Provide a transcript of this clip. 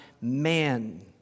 man